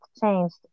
changed